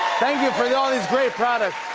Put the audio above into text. thank you for yeah all these great products.